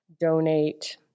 donate